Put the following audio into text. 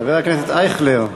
חבר הכנסת אייכלר,